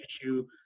issue